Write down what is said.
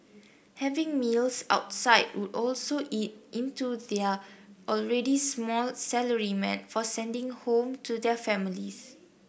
having meals outside would also eat into their already small salary meant for sending home to their families